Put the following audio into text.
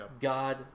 God